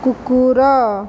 କୁକୁର